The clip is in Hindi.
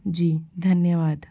जी धन्यवाद